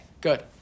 Good